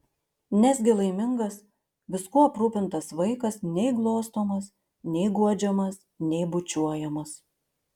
nesgi laimingas viskuo aprūpintas vaikas nei glostomas nei guodžiamas nei bučiuojamas